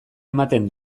ematen